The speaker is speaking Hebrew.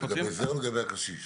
לגבי זה או לגבי הקשיש?